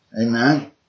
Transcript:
Amen